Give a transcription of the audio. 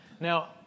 Now